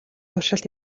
туршилт